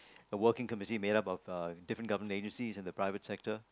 a working committee made up of uh different government agencies and the private sector